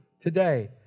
today